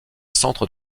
centre